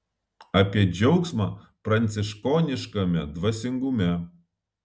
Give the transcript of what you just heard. apie džiaugsmą pranciškoniškame dvasingume